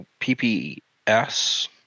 PPS